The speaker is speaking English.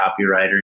copywriter